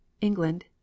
england